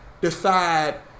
decide